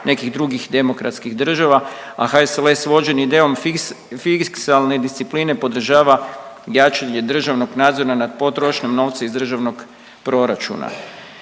nekih drugih demokratskih država, a HSLS vođen idejom fiksalne discipline podržava jačanje državnog nadzora nad potrošnjom novca iz državnog proračuna.